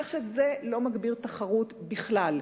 כך שזה לא מגביר את התחרות בכלל.